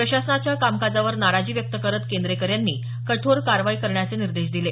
प्रशासनाच्या कामकाजावर नाराजी व्यक्त करत केंद्रेकर यांनी कठोर काखाई करण्याचे निर्देश दिले